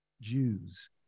Jews